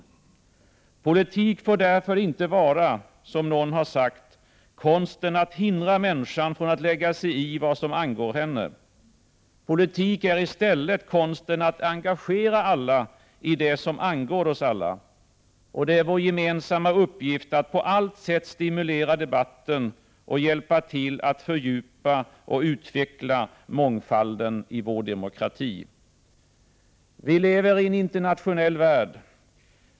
1988/89:129 Politik får därför inte vara, som någon har sagt, ”konsten att hindra 6 juni 1989 människan från att lägga sig i vad som angår henne”. Politik är i stället konsten att engagera alla i det som angår oss alla. Det är vår gemensamma Val av ledamöter i SETS uppgift att på allt sätt stimulera debatten och hjälpa till att fördjupa och den svenska EFTA 5 5 h utveckla mångfalden i vår demokrati. delegationen Vi lever i en internationell värld.